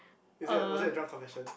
is it a was it a drunk confession